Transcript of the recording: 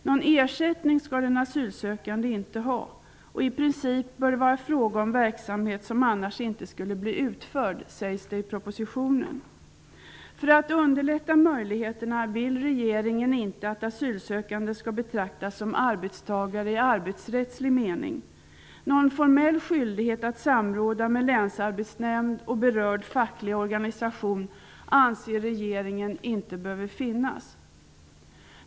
Någon ersättning skall den asylsökande inte ha, och i princip bör det vara fråga om verksamhet som annars inte skulle bli utförd, sägs det i propositionen. För att underlätta möjligheterna vill regeringen inte att asylsökande skall betraktas som arbetstagare i arbetsrättslig mening. Någon formell skyldighet att samråda med länsarbetsnämnd och berörd facklig organisation anser regeringen inte behöver finnas.